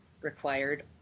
required